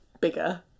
bigger